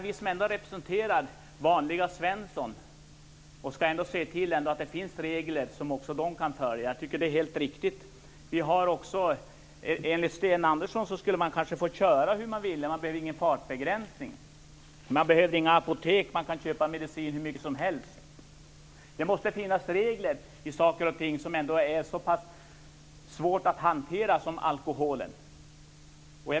Vi representerar ändå vanliga Svenssons och skall se till att det finns regler som också de kan följa. Jag tycker att det är helt riktigt. Enligt Sten Andersson skulle man kanske få köra hur man ville. Man behöver ingen fartbegränsning. Man behöver inga apotek, utan kan köpa hur mycket medicin som helst. Det måste finnas regler för saker och ting som ändå är så pass svårt att hantera som alkoholen.